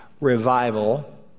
revival